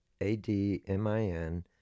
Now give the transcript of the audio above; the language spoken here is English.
A-D-M-I-N